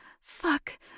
Fuck